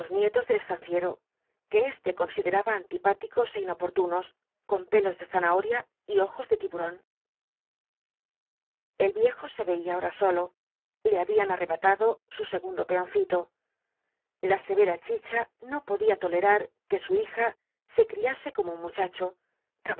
nietos del estanciero que éste consideraba antipáticos é inoportunos con pelos de zanahoria y ojos de tiburón el viejo se veía ahora solo le habían arrebatado su segundo peoncito la severa chicha no podía tolerar que su hija se criase como un muchacho